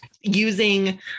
using